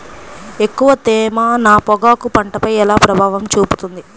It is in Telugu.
ఎక్కువ తేమ నా పొగాకు పంటపై ఎలా ప్రభావం చూపుతుంది?